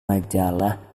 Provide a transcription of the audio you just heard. majalah